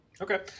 Okay